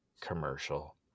Commercial